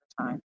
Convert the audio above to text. time